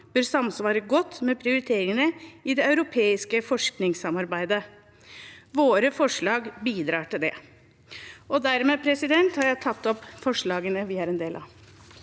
bør samsvare godt med prioriteringene i det europeiske forskningssamarbeidet. Våre forslag bidrar til det. Dermed har jeg tatt opp forslagene vi er med på.